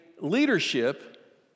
leadership